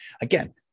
again